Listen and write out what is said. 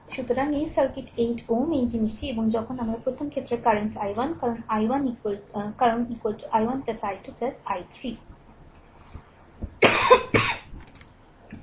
সুতরাং এই সার্কিট 8 Ω এই জিনিসটি এবং যখন প্রথম ক্ষেত্রে কারেন্ট i1 কারণ i1 i2 i3